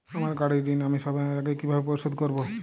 আমার গাড়ির ঋণ আমি সময়ের আগে কিভাবে পরিশোধ করবো?